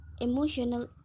emotional